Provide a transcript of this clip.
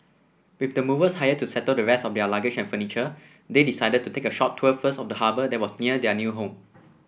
with the movers hired to settle the rest of their luggage and furniture they decided to take a short tour first of the harbour that was near their new home